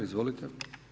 Izvolite.